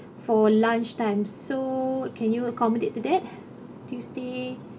for lunchtime so can you accommodate to that tuesday